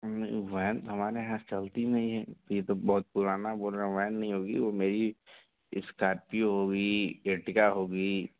van तो हमारे यहाँ चलती ही नहीं है तो ये तो बहुत पुराना बोल रहा हूँ वैन नहीं होगी वो मेरी स्टाटी होगी एटिगा होगी